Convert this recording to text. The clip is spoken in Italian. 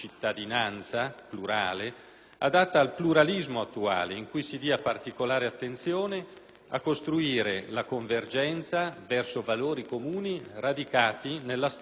adatta al pluralismo attuale in cui si dia particolare attenzione a costruire la convergenza verso valori comuni radicati nella storia della nostra identità.